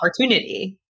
opportunity